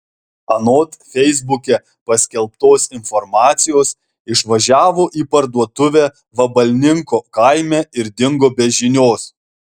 anot feisbuke paskelbtos informacijos išvažiavo į parduotuvę vabalninko kaime ir dingo be žinios